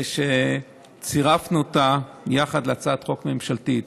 צירפנו אותן יחד להצעת חוק ממשלתית.